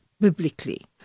biblically